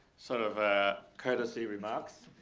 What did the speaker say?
sort of courtesy remarks.